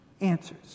answers